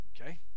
Okay